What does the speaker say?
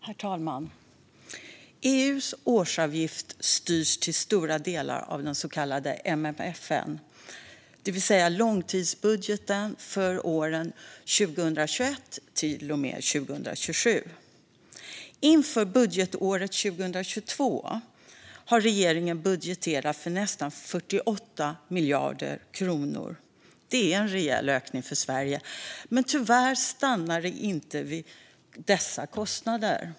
Herr talman! EU:s årsavgift styrs till stor del av den så kallade MFF:en, det vill säga långtidsbudgeten för åren 2021-2027. Inför budgetåret 2022 har regeringen budgeterat för nästan 48 miljarder kronor. Det är en rejäl ökning för Sverige, men tyvärr stannar det inte vid dessa kostnader.